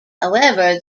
however